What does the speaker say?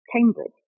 Cambridge